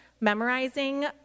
memorizing